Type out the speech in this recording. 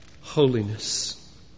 holiness